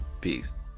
Peace